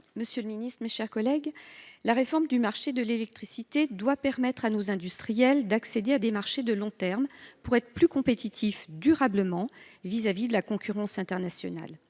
Monsieur le ministre, la réforme du marché de l’électricité doit permettre à nos industriels d’accéder à des marchés de long terme pour être plus compétitifs durablement face à la concurrence internationale.